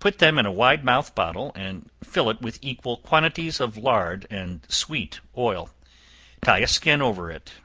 put them in a wide-mouthed bottle, and fill it with equal quantities of lard and sweet oil tie a skin over it,